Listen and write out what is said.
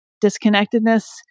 disconnectedness